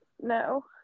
No